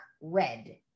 red